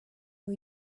new